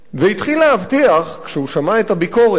והתחיל להבטיח, כשהוא שמע את הביקורת,